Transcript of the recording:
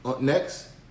Next